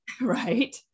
Right